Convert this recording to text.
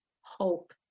hope